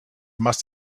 must